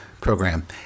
program